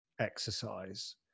exercise